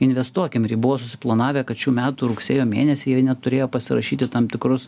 investuokim į jie buvo suplanavę kad šių metų rugsėjo mėnesį jie net turėjo pasirašyti tam tikrus